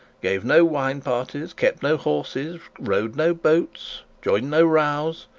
gave no wine parties, kept no horses, rowed no boats, joined no rows,